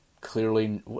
clearly